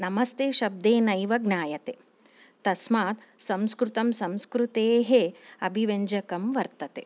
नमस्ते शब्देनैव ज्ञायते तस्मात् संस्कृतं संस्कृतेः अभिव्यञ्जकं वर्तते